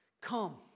Come